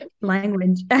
language